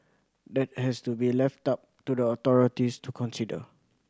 that has to be left up to the authorities to consider